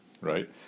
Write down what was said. right